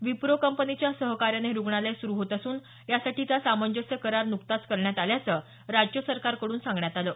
विप्रो कंपनीच्या सहकार्यानं हे रुग्णालय सुरू होत असून यासाठीचा सामंजस्य करार नुकताच करण्यात आल्याचं राज्य सरकारकडून सांगण्यात आलं आहे